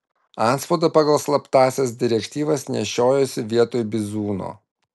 antspaudą pagal slaptąsias direktyvas nešiojosi vietoj bizūno